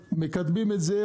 מקדמים את זה,